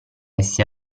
essi